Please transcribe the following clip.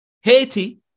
Haiti